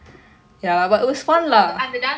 so அந்த:antha dance எப்படி பண்ணிங்க:eppadi panninga like